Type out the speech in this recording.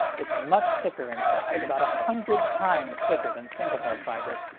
it's much thicker inside, about a hundred times thicker than single mode fiber,